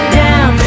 down